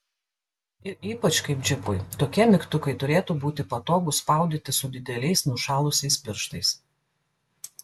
ir ypač kaip džipui tokie mygtukai turėtų būti patogūs spaudyti su dideliais nušalusiais pirštais